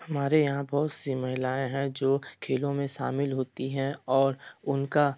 हमारे यहाँ बहुत सी महिलाएँ हैं जो खेलों में शामिल होती हैं और उनका